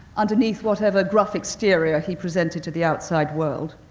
underneath whatever gruff exterior he presented to the outside world.